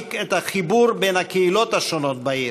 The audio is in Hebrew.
ולהעמיק את החיבור בין הקהילות השונות בעיר,